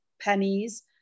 pennies